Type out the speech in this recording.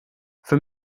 für